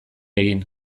egin